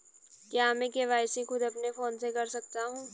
क्या मैं के.वाई.सी खुद अपने फोन से कर सकता हूँ?